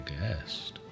guest